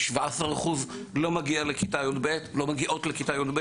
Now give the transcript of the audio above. זה 17% שלא מגיעות לכיתה י"ב.